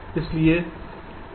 इसलिए यह सभी 0 पर रहेगा